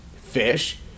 fish